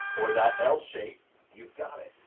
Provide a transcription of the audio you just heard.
or that l-shape, you've got it.